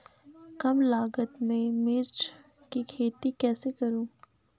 कम लागत में मिर्च की खेती कैसे करूँ?